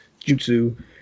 jutsu